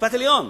בית-משפט עליון,